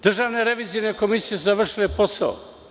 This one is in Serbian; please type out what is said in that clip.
Državne revizorske komisije su završile posao.